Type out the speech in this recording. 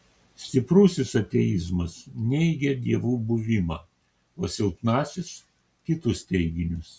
stiprusis ateizmas neigia dievų buvimą o silpnasis kitus teiginius